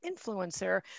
influencer